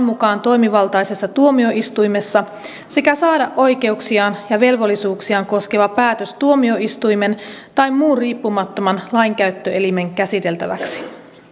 mukaan toimivaltaisessa tuomioistuimessa sekä saada oikeuksiaan ja velvollisuuksiaan koskeva päätös tuomioistuimen tai muun riippumattoman lainkäyttöelimen käsiteltäväksi